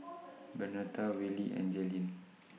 Bernetta Wiley and Jailyn